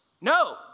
no